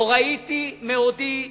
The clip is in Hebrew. לא ראיתי מעודי אומץ,